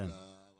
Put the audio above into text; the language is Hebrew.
שאלה יפה.